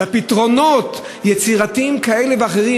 בפתרונות יצירתיים כאלה ואחרים,